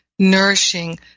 Nourishing